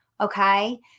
okay